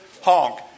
honk